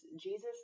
Jesus